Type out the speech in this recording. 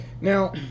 Now